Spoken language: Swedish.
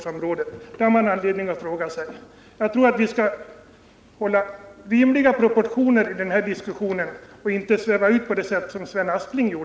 Den frågan har man anledning att ställa sig. Jag tycker att vi skall hålla oss till rimliga proportioner i den här diskussionen och inte sväva ut på det sätt som Sven Aspling gör.